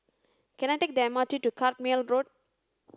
can I take the M R T to Carpmael Road